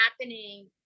happening